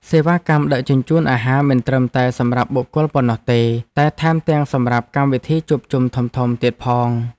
សេវាកម្មដឹកជញ្ជូនអាហារមិនត្រឹមតែសម្រាប់បុគ្គលប៉ុណ្ណោះទេ តែថែមទាំងសម្រាប់កម្មវិធីជួបជុំធំៗទៀតផង។